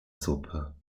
suppe